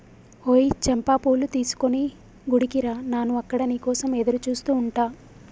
ఓయ్ చంపా పూలు తీసుకొని గుడికి రా నాను అక్కడ నీ కోసం ఎదురుచూస్తు ఉంటా